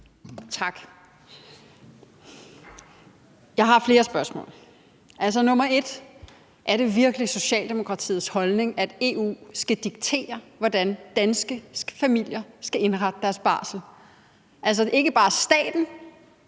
Tak. Jeg har flere spørgsmål. Det første er: Er det virkelig Socialdemokratiets holdning, at EU skal diktere, hvordan danske familier skal indrette deres barsel – altså at det ikke bare er staten